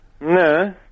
No